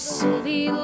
city